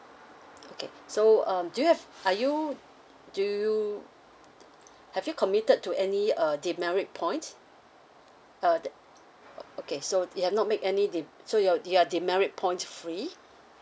okay so um do you have are you do you have you committed to any uh demerit points uh there orh okay so you have not make any dem~ so you're you are demerit point free